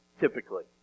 typically